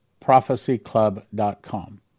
prophecyclub.com